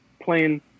playing